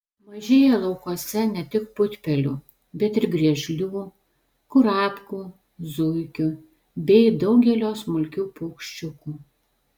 mažėja laukuose ne tik putpelių bet ir griežlių kurapkų zuikių bei daugelio smulkių paukščiukų